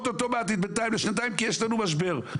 אוטומטית בינתיים לשנתיים כי יש לנו משבר.